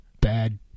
bad